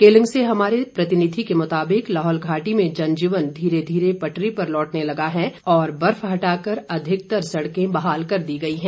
केलंग से हमारे प्रतिनिधि के मुताबिक लाहौल घाटी में जनजीवन धीरे धीरे पटरी पर लौटने लगा है और बर्फ हटाकर अधिकतर सड़कें बहाल कर दी गई हैं